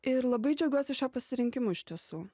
ir labai džiaugiuosi šiuo pasirinkimu iš tiesų